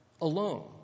alone